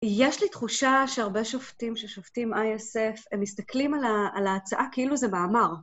יש לי תחושה שהרבה שופטים ששופטים איי-אס-אף, הם מסתכלים על ההצעה כאילו זה מאמר.